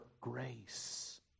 grace